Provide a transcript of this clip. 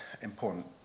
important